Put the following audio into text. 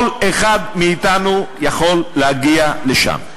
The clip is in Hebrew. כל אחד מאתנו יכול להגיע לשם.